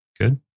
good